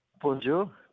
Bonjour